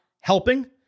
helping